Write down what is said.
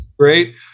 Great